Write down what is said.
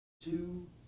two